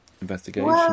investigation